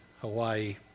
Hawaii